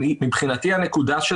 מבחינתי הנקודה של